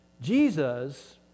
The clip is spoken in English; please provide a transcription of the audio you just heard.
Jesus